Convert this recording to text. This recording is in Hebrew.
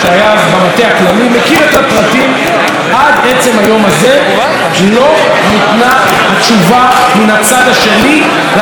עד עצם היום הזה לא ניתנה תשובה מן הצד השני להצעה הנדיבה ביותר,